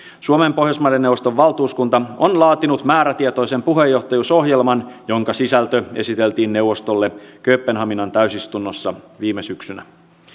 suomen pohjoismaiden neuvoston valtuuskunta on laatinut määrätietoisen puheenjohtajuusohjelman jonka sisältö esiteltiin neuvostolle kööpenhaminan täysistunnossa viime syksynä